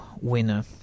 winner